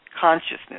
consciousness